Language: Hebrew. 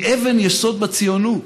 היא אבן יסוד בציונות.